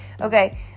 Okay